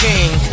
King